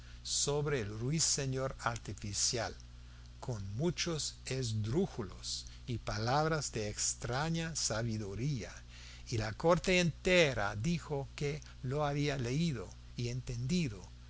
sobre el ruiseñor artificial con muchos esdrújulos y palabras de extraña sabiduría y la corte entera dijo que lo había leído y entendido